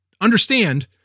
understand